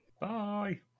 Bye